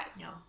No